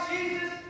Jesus